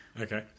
Okay